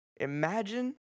Imagine